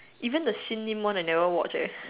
even the Sim-Lim one I never watch eh